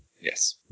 Yes